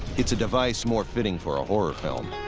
it's a device more fitting for a horror film.